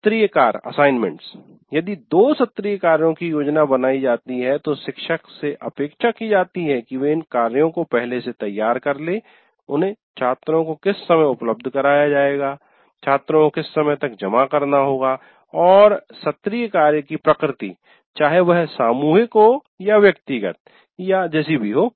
सत्रीय कार्य असाइनमेंट्स यदि 2 सत्रीय कार्यों की योजना बनाई जाती है तो शिक्षक से अपेक्षा की जाती है कि वे इन कार्यों को पहले से तैयार कर लें उन्हें छात्रों को किस समय उपलब्ध कराया जाएगा छात्रों को किस समय तक जमा करना होगा और सत्रीय कार्य की प्रकृति चाहे वह सामूहिक हो या व्यक्तिगत या जैसा भी हो